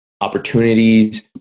opportunities